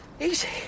Easy